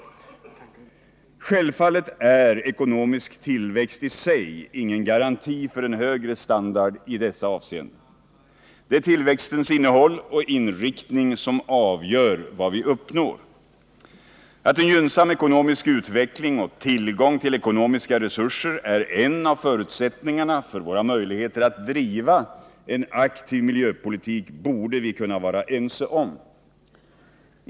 Självfallet är ekonomisk tillväxt i sig ingen garanti för en högre standard i dessa avseenden. Det är tillväxtens innehåll och inriktning som avgör vad vi uppnår. Att en gynnsam ekonomisk utveckling och tillgång till ekonomiska resurser är en av förutsättningarna för våra möjligheter att driva en aktiv miljöpolitik borde vi kunna vara ense om.